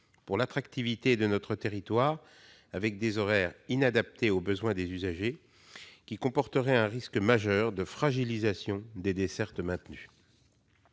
pour l'attractivité de notre territoire, et la fixation d'horaires inadaptés aux besoins des usagers comporterait un risque majeur de fragilisation des dessertes maintenues.